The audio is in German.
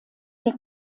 der